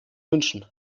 wünschen